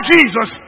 Jesus